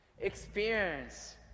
Experience